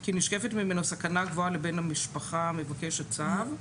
כי נשקפת ממנו סכנה גבוהה לבן המשפחה מבקש הצו,